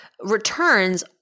returns